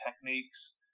techniques